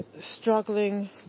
struggling